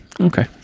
Okay